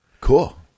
Cool